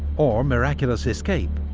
or miraculous escape,